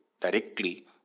directly